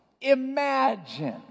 imagine